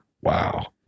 wow